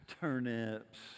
turnips